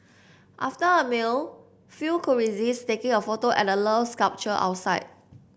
after a meal few could resist taking a photo at the Love sculpture outside